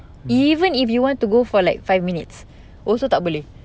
even if you want to go for like five minutes also tak boleh